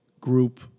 group